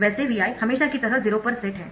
वैसे Vi हमेशा की तरह 0 पर सेट है